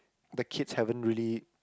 the kids haven't really